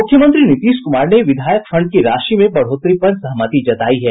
मुख्यमंत्री नीतीश कुमार ने विधायक फंड की राशि में बढ़ोतरी पर सहमति जतायी है